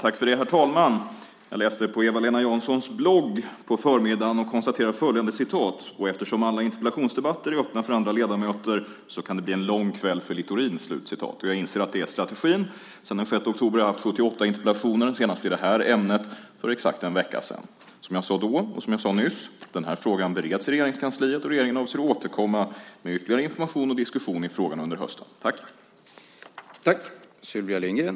Herr talman! Jag läste följande på Eva-Lena Janssons blogg på förmiddagen: "Och eftersom alla interpellationsdebatter är öppna för andra ledamöter så kan det bli en lång kväll för Littorin." Jag inser att det är strategin. Sedan den 6 oktober har jag haft 78 interpellationer, i det här ämnet senast för exakt en vecka sedan. Som jag sade då, och som jag sade nyss, bereds frågan i Regeringskansliet, och regeringen avser att återkomma med ytterligare information och diskussion i frågan under hösten.